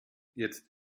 jetzt